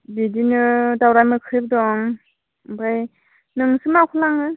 बिदिनो दावराय मोख्रेब दं ओमफ्राय नोंसो माखौ लाङो